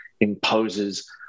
imposes